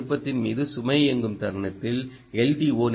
3 விருப்பத்தின் மீது சுமை இயங்கும் தருணத்தில் எல்